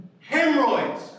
Hemorrhoids